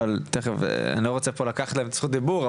אבל אני לא רוצה לקחת להם את זכות הדיבור,